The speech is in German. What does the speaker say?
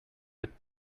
mit